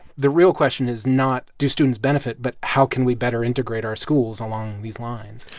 the real question is not, do students benefit? but how can we better integrate our schools along these lines?